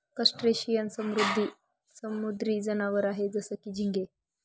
crustacean समुद्री जनावर आहे जसं की, झिंगे